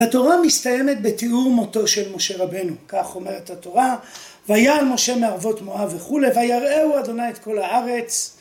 התורה מסתיימת בתיאור מותו של משה רבנו, כך אומרת התורה, ויעל משה מערבות מואב וכולי, ויראהו ה' את כל הארץ